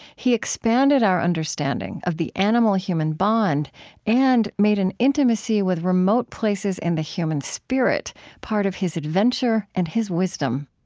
he expanded our understanding of the animal-human bond and made an intimacy with remote places in the human spirit part of his adventure and his wisdom